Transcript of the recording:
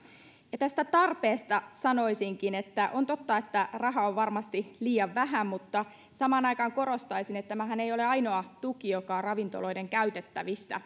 ja tästä tarpeesta sanoisinkin että on totta että rahaa on varmasti liian vähän mutta samaan aikaan korostaisin että tämähän ei ole ainoa tuki joka on ravintoloiden käytettävissä